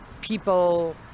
people